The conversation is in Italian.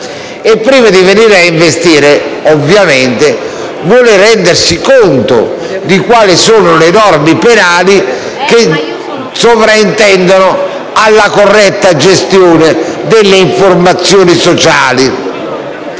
Prima di investire, ovviamente vuole rendersi conto di quale sono le norme penali che sovrintendono alla corretta gestione delle informazioni sociali.